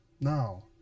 Now